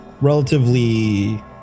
relatively